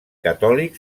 catòlic